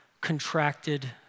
contracted